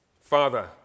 Father